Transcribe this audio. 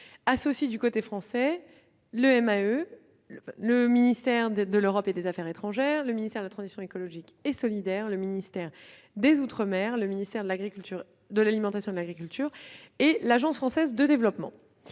associe, du côté français, le ministère de l'Europe et des affaires étrangères, le ministère de la transition écologique et solidaire, le ministère des outre-mer, le ministère de l'agriculture et de l'alimentation ainsi que l'Agence française de développement,